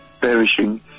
perishing